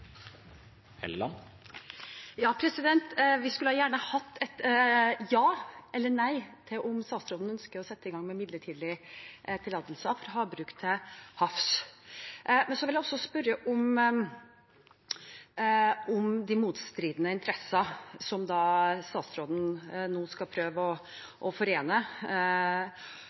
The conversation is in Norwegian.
Hofstad Helleland. Vi skulle gjerne hatt ja eller nei på om statsråden ønsker å sette i gang med midlertidige tillatelser for havbruk til havs. Så vil jeg også spørre om de motstridende interessene som statsråden nå skal prøve å forene.